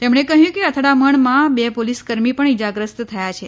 તેમણે કહ્યું કે અથડામણમાં બે પોલીસ કર્મી પણ ઈજાગ્રસ્ત થયા છે